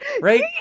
right